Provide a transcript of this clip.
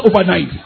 overnight